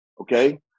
Okay